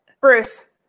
Bruce